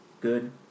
good